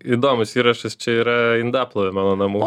įdomus įrašas čia yra indaplovė mano namų